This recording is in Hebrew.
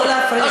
לא להפריע.